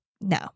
no